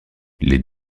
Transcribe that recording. les